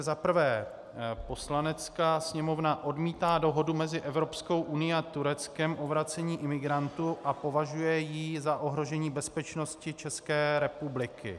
Za prvé: Poslanecká sněmovna odmítá dohodu mezi Evropskou unií a Tureckem o vracení imigrantů a považuje ji za ohrožení bezpečnosti České republiky.